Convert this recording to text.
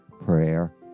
prayer